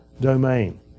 domain